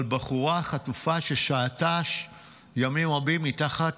על בחורה חטופה ששהתה ימים רבים מתחת,